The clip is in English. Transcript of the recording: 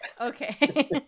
Okay